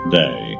day